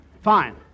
Fine